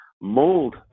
mold